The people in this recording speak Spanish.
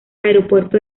aeropuerto